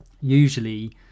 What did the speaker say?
usually